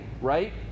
right